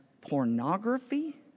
pornography